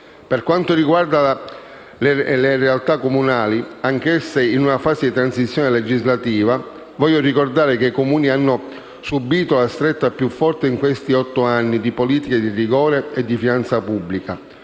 Per quanto riguarda le realtà comunali, anch'esse in una fase di transizione legislativa, voglio ricordare che i Comuni hanno subito la stretta più forte in questi otto anni di politiche di rigore di finanza pubblica;